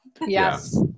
Yes